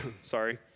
sorry